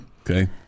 Okay